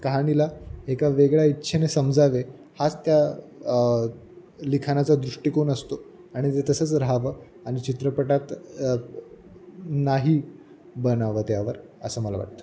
कहाणीला एका वेगळा इच्छेने समजावे हाच त्या लिखाणाचा दृष्टिकोन असतो आणि ते तसंच राहावं आणि चित्रपटात नाही बनावं त्यावर असं मला वाटतं